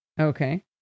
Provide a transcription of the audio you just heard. okay